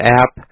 app